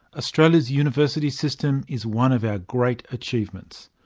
australia's university system is one of our great achievements,